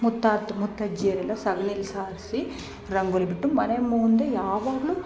ಮುತ್ತಾತ ಮುತ್ತಜ್ಜಿಯರು ಎಲ್ಲ ಸಗ್ಣೀಲಿ ಸಾರಿಸಿ ರಂಗೋಲಿ ಬಿಟ್ಟು ಮನೆ ಮುಂದೆ ಯಾವಾಗಲೂ